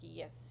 yes